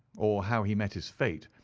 or how he met his fate,